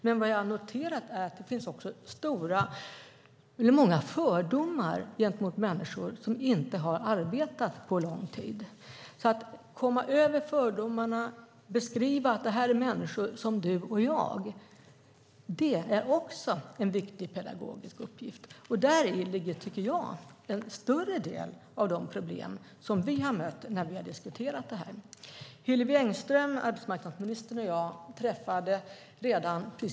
Men jag har noterat att det finns många fördomar gentemot människor som inte har arbetat under lång tid. Det är också en viktig pedagogisk uppgift att komma över fördomarna och beskriva att det är människor som du och jag. Där tycker jag att en större del av de problem som vi har mött när vi har diskuterat det här ligger.